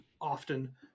often